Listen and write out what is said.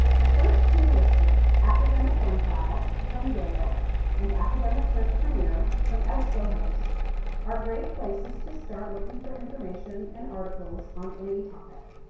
the first two listed academic onefile from gale and academic search premier from ebscohost are great places to start looking for information and articles on any topic.